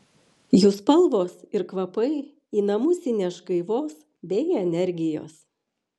jų spalvos ir kvapai į namus įneš gaivos bei energijos